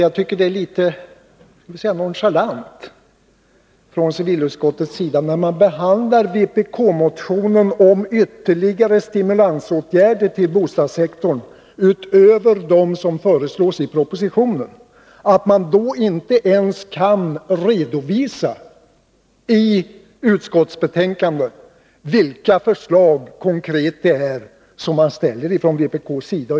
Jag tycker nämligen att det är litet nonchalant från civilutskottets sida att utskottet — när det behandlar vpk-motionen om ytterligare stimulansåtgärder till bostadssektorn utöver dem som föreslås i propositionen —inte ens kan redovisa i utskottsbetänkandet vilka förslag det är konkret som vi framställer från vpk:s sida.